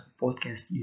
podcast